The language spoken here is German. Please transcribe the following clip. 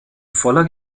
voller